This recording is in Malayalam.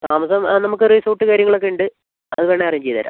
താമസം നമുക്ക് റിസോർട്ട് കാര്യങ്ങളൊക്കെ ഉണ്ട് അത് വേണമെങ്കിൽ അറേഞ്ച് ചെയ്ത് തരാം